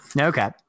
Okay